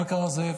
מה קרה, זאב?